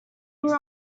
grew